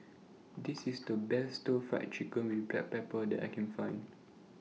This IS The Best Stir Fried Chicken with Black Pepper that I Can Find